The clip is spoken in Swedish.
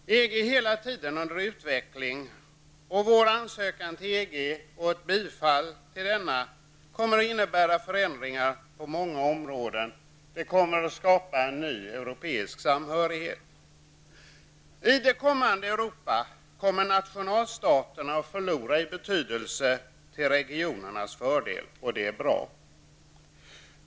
EG är hela tiden under utveckling, och vår ansökan till EG och ett bifall till denna kommer att innebära förändringar på många områden -- det kommer att skapa en ny europeisk samhörighet. I det kommande Europa kommer nationalstaterna att förlora i betydelse till regionernas fördel, och det är bra.